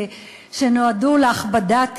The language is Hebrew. שנועדו להכבדת יד,